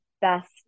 best